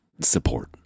support